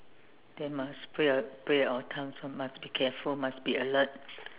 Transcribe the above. then must pray our pray our times must be careful must be alert